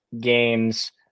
games